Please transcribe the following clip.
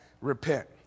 Repent